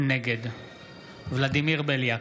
נגד ולדימיר בליאק,